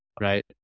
right